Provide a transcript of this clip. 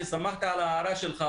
שמחתי על ההערה שלך,